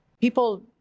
people